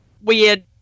weird